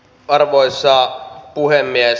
arvoisa puhemies